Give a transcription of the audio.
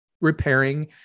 repairing